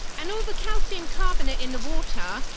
and all the calcium carbonate in the water,